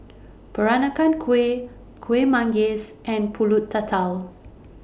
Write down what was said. Peranakan Kueh Kuih Manggis and Pulut Tatal